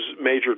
major